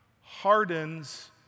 hardens